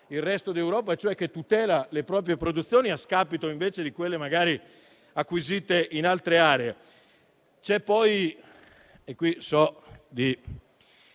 il resto d'Europa, tutelando le proprie produzioni a scapito invece di quelle magari acquisite in altre aree.